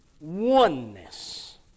oneness